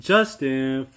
Justin